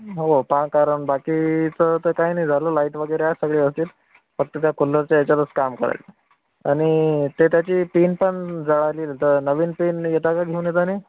हो पहा कारण बाकीचं तर काई नाही झालं लाईट वगैरे आहे सगळे व्यवस्थित फक्त त्या कूल्लरच्या याच्यातच काम पडलं आणि ते त्याची पिन पण जळाली तर नवीन पिन येता का घेऊन येताना